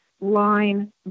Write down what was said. line